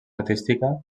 artística